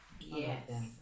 Yes